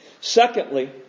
Secondly